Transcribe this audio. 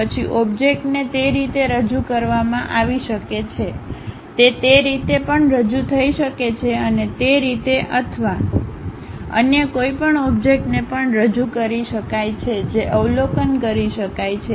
પછી ઓબ્જેક્ટને તે રીતે રજૂ કરવામાં આવી શકે છે તે તે રીતે પણ રજૂ થઈ શકે છે અને તે તે રીતે અથવા અન્ય કોઈપણ ઓબ્જેક્ટને પણ રજૂ કરી શકાય છે જે અવલોકન કરી શકાય છે